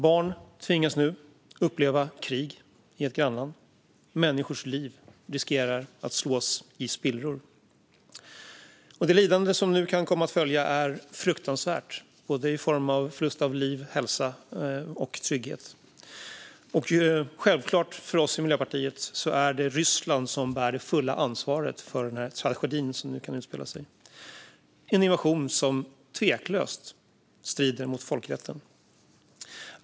Barn i ett grannland tvingas nu att uppleva krig. Människors liv riskerar att slås i spillror. Det lidande som nu kan komma att följa är fruktansvärt i form av förlust av liv, hälsa och trygghet. För oss i Miljöpartiet är det självklart att det är Ryssland som bär det fulla ansvaret för den tragedi som nu kan utspela sig. Detta är en invasion som tveklöst strider mot folkrätten.